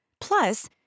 Plus